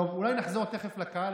אולי נחזור תכף לקהל,